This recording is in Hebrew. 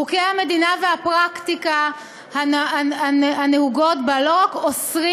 חוקי המדינה והפרקטיקה הנהוגה בה לא רק אוסרים